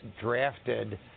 drafted